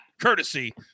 courtesy